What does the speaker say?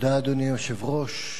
אדוני היושב-ראש,